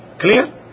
Clear